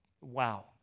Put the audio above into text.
wow